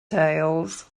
tales